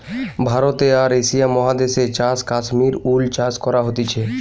ভারতে আর এশিয়া মহাদেশে চাষ কাশ্মীর উল চাষ করা হতিছে